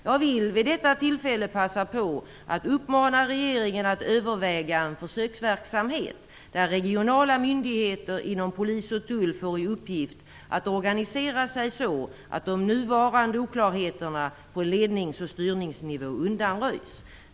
Jag vill vid detta tillfälle passa på att uppmana regeringen att överväga en försöksverksamhet, där regionala myndigheter inom polis och tull får i uppdrag att organisera sig så att de nuvarande oklarheterna på lednings och styrningsnivå undanröjs.